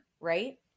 right